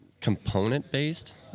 component-based